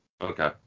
okay